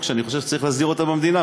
שאני חושב שצריך להסדיר אותה במדינה,